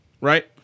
right